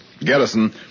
Garrison